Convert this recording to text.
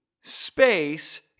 space